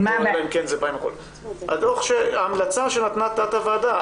אלא אם כן זה --- ההמלצה שנתנה תת הוועדה.